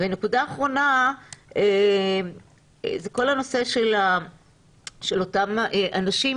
נקודה אחרונה זה כל הנושא של אותם אנשים